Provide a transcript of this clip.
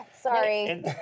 Sorry